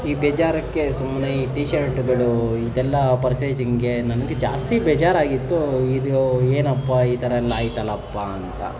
ಈ ಬೇಜಾರಕ್ಕೆ ಸುಮ್ಮನೆ ಈ ಟಿ ಶರ್ಟುಗಳು ಇದೆಲ್ಲ ಪರ್ಚೇಸಿಂಗ್ಗೆ ನನಗೆ ಜಾಸ್ತಿ ಬೇಜಾರಾಗಿತ್ತು ಇದು ಏನಪ್ಪ ಈ ಥರ ಎಲ್ಲ ಆಯ್ತಲ್ಲಪ್ಪಾ ಅಂತ